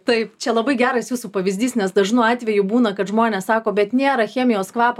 taip čia labai geras jūsų pavyzdys nes dažnu atveju būna kad žmonės sako bet nėra chemijos kvapo